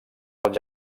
pels